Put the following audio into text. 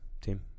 team